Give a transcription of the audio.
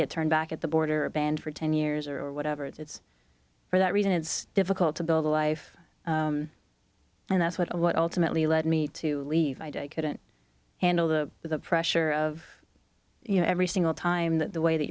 get turned back at the border or banned for ten years or whatever it's for that reason it's difficult to build a life and that's what ultimately led me to leave i couldn't handle the pressure of you know every single time that the way that